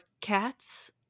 cats